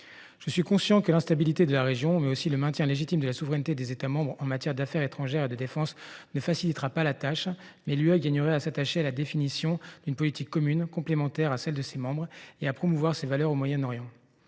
Je suis conscient que l’instabilité de la région ainsi que le maintien légitime de la souveraineté des États membres en matière d’affaires étrangères et de défense ne faciliteront pas la tâche. Mais l’Union européenne gagnerait à s’attacher à la définition d’une politique commune, complémentaire de celle de ses membres, et à promouvoir ses valeurs au Moyen Orient.